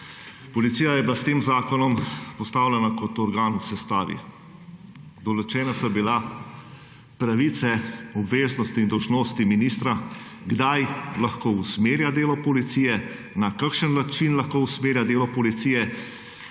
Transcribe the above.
Policija je bila s tem zakonom postavljena kot organ v sestavi. Določene so bile pravice, obveznosti in dolžnosti ministra kdaj lahko usmerja delo Policije, na kakšen način lahko usmerja delo Policije